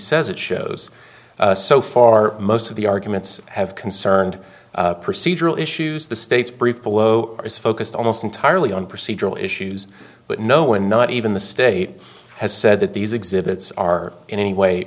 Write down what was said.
says it shows so far most of the arguments have concerned procedural issues the state's brief below is focused almost entirely on procedural issues but no one not even the state has said that these exhibits are in any way